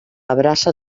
abraça